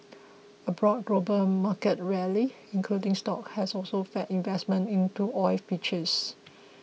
a broad global market rally including stocks has also fed investment into oil futures